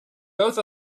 both